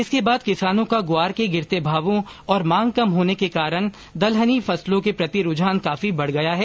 इसके बाद किसानो का ग्वार के गिरते भावों और मांग कम होने के कारण दलहनी फसल के प्रति रुझान काफी बढ गया है